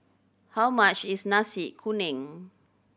how much is Nasi Kuning